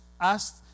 asked